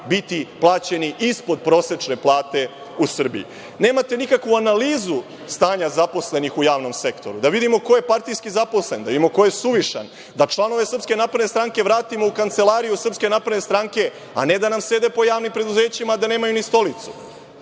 biti plaćeni ispod prosečne plate u Srbiji. Nemate nikakvu analizu stanja zaposlenih u javnom sektoru, da vidimo ko je partijski zaposlen, da vidimo ko je suvišan, da članove SNS-a vratimo u kancelariju SNS-a, a ne da nam sede po javnim preduzećima a da nemaju ni stolicu. Dakle,